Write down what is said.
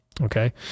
Okay